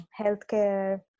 Healthcare